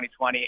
2020